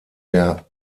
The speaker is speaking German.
der